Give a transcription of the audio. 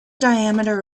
diameter